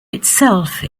itself